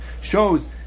shows